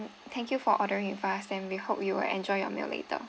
thank you for ordering with us then we hope you will enjoy your meal later